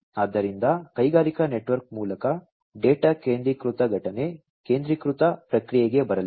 ಆದ್ದರಿಂದ ಕೈಗಾರಿಕಾ ನೆಟ್ವರ್ಕ್ ಮೂಲಕ ಡೇಟಾ ಕೇಂದ್ರೀಕೃತ ಘಟನೆ ಕೇಂದ್ರೀಕೃತ ಪ್ರಕ್ರಿಯೆಗೆ ಬರಲಿದೆ